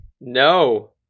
No